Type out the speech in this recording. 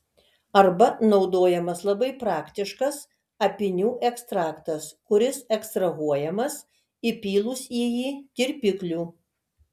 arba naudojamas labai praktiškas apynių ekstraktas kuris ekstrahuojamas įpylus į jį tirpiklių